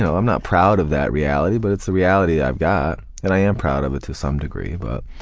so i'm not proud of that reality but it's the reality i've got, and i am proud of it to some degree. but